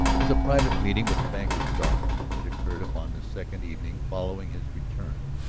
was a private meeting with the banker's daughter. it occurred upon the second evening following his return,